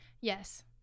Yes